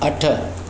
अठ